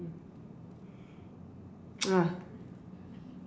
ah